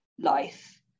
life